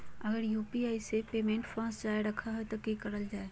अगर यू.पी.आई से पेमेंट फस रखा जाए तो की करल जाए?